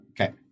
Okay